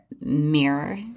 mirror